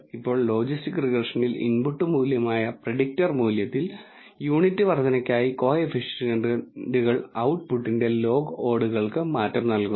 ഇപ്പോൾ ലോജിസ്റ്റിക് റിഗ്രഷനിൽ ഇൻപുട്ട് മൂല്യമായ പ്രെഡിക്റ്റർ മൂല്യത്തിൽ യൂണിറ്റ് വർദ്ധനയ്ക്കായി കോഎഫിഷിയെന്റുകൾ ഔട്ട്പുട്ടിന്റെ ലോഗ് ഓഡ്ഡുകൾക്ക് മാറ്റം നൽകുന്നു